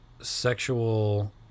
sexual